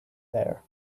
there